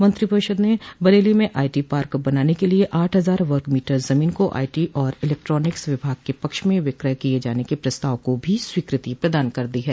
मंत्रिपरिषद ने बरेली में आईटी पार्क बनाने के लिए आठ हजार वर्गमीटर ज़मीन को आईटी और इलेक्ट्रानिक्स विभाग के पक्ष में विकय किय जाने के प्रस्ताव को भी स्वीकृति प्रदान कर दी है